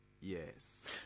Yes